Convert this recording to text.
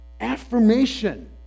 affirmation